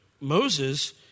Moses